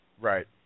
Right